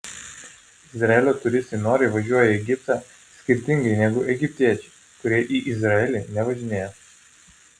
izraelio turistai noriai važiuoja į egiptą skirtingai negu egiptiečiai kurie į izraelį nevažinėja